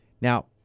Now